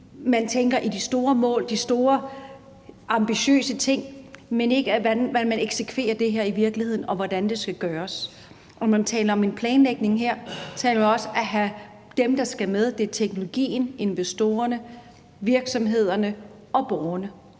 man tænker i de store mål, de store ambitiøse ting, men ikke i, hvordan man eksekverer det her i virkeligheden, og hvordan det skal gøres. Når man her taler om en planlægning, taler man jo også om at have det med, der skal med, altså teknologien, investorerne, virksomhederne og borgerne,